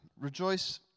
Rejoice